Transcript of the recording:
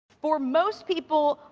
for most people,